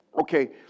Okay